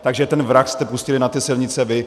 Takže ten vrak jste pustili na ty silnice vy.